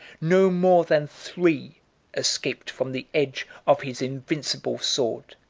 no more than three escaped from the edge of his invincible sword.